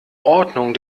ordnung